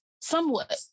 somewhat